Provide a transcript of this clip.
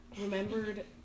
remembered